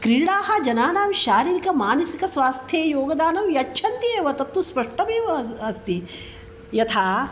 क्रीडाः जनानां शारीरिकमानसिकस्वास्थे योगदानं यच्छन्ति एव तत्तु स्पष्टमेव अस्ति अस्ति यथा